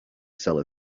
seller